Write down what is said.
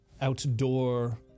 outdoor